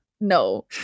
no